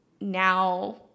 now